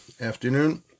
afternoon